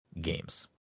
games